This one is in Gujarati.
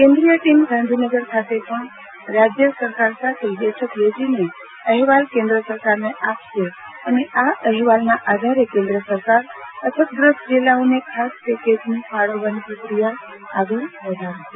કેન્દ્રીય ટીમ ગાંધીનગર ખાતે પણ રાજ્ય સરકાર સાથે બેઠક યોજીને અહેવાલ કેન્દ્ર સરકારને આપશે આ અહેવાલના આધારે કેન્દ્ર સરકાર અછતગ્રસ્ત જિલ્લાઓને ખાસ પેકેજ ફાળવવાની પ્રક્રિયા આગળ વધારશે